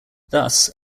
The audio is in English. thus